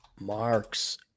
Marx